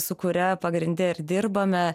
su kuria pagrinde ir dirbame